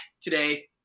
today